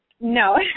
no